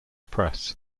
press